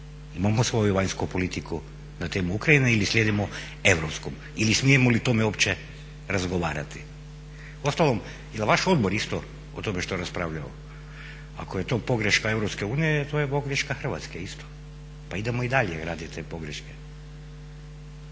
Imamo svoju vanjsku politiku na temu Ukrajine ili slijedimo europsku ili smijemo li o tome uopće razgovarati. Uostalom, jel vaš odbor isto o tome što raspravljao? Ako je to pogreška Europske unije, to je pogreška Hrvatske isto pa idemo i dalje radit te pogreške.